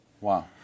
Wow